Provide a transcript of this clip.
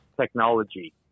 technology